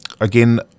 again